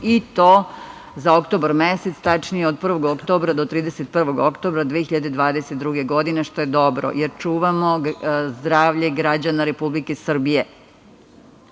i to za oktobar mesec, tačnije od 1. oktobra do 31. oktobra 2022. godine, što je dobro, jer čuvamo zdravlje građana Republike Srbije. Što